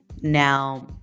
Now